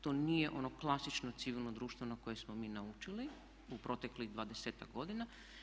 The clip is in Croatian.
To nije ono klasično civilno društvo na koje smo mi naučili u proteklih dvadeseta godina.